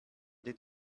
did